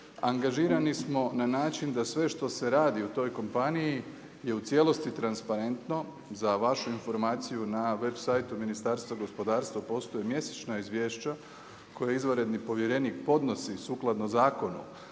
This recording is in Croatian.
angažirani smo na način da sve što se radi u toj kompaniji je u cijelosti transparentno. Za vašu informaciju na web situ Ministarstva gospodarstva postoje mjesečna izvješća koja izvanredni povjerenik podnosi sukladno zakonu